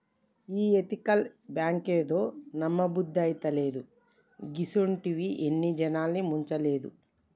ఈ ఎతికల్ బాంకేందో, నమ్మబుద్దైతలేదు, గిసుంటియి ఎన్ని జనాల్ని ముంచలేదు